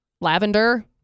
Lavender